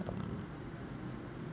um